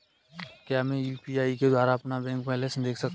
क्या मैं यू.पी.आई के द्वारा अपना बैंक बैलेंस देख सकता हूँ?